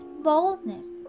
boldness